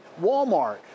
Walmart